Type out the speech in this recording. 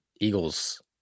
Eagles